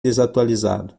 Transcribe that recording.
desatualizado